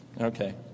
Okay